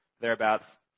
thereabouts